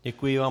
Děkuji vám.